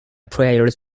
players